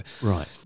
Right